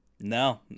No